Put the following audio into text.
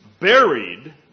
buried